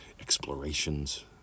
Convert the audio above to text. explorations